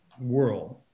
world